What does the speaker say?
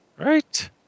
Right